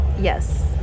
Yes